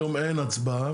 היום אין הצבעה,